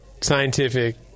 scientific